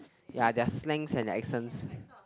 ya their slang and accent